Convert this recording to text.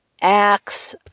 acts